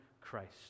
Christ